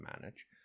manage